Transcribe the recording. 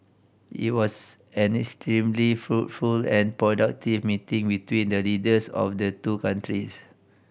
it was an extremely fruitful and productive meeting between the leaders of the two countries